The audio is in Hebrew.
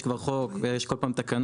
יש כבר חוק ויש כל פעם תקנות.